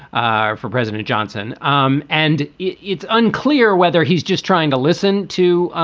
ah for president johnson. um and it's unclear whether he's just trying to listen to